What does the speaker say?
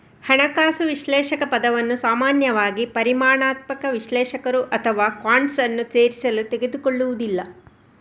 ಹಣಕಾಸು ವಿಶ್ಲೇಷಕ ಪದವನ್ನು ಸಾಮಾನ್ಯವಾಗಿ ಪರಿಮಾಣಾತ್ಮಕ ವಿಶ್ಲೇಷಕರು ಅಥವಾ ಕ್ವಾಂಟ್ಸ್ ಅನ್ನು ಸೇರಿಸಲು ತೆಗೆದುಕೊಳ್ಳುವುದಿಲ್ಲ